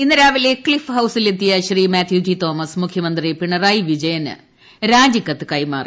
ഇന്ന് രാവിലെ ക്സിഫ് ഹൌസിലെത്തിയ ശ്രീ മാത്യു ടി തോമസ് മുഖ്യമന്ത്രി പിണറായി വിജയന് രാജിക്കത്ത് കൈമാറി